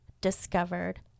discovered